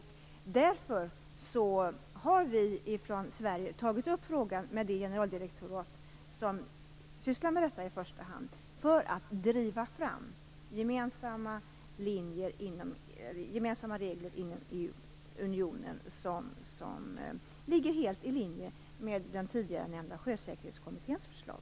Därför har vi från Sverige tagit upp frågan med det generaldirektorat som i första hand sysslar med detta - och detta för att driva fram gemensamma regler inom unionen som ligger helt i linje med den tidigare nämnda Sjösäkerhetskommitténs förslag.